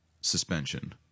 suspension